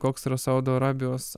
koks yra saudo arabijos